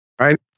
right